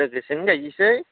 अ लोगोसेनो गायनोसै